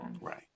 Right